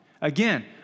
Again